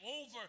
over